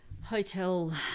hotel